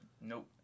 nope